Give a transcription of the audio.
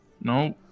No